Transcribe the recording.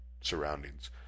surroundings